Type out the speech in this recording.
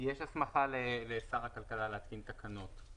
יש הסכמה לשר הכלכלה להתקין תקנות.